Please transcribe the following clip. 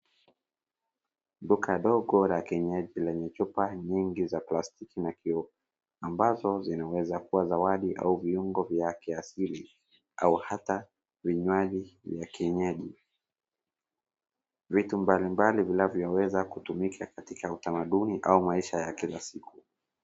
Duka ndogo la kienyeji lenye chupa nyingi za plastiki na kioo ambazo zinaweza kua zawadi au viungo vya kiasili au hata vinywaji vya kienyeji, vitu mbalimbali vinavyoweza kutumika katika utamaduni au maisha ya kila siku.